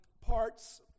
parts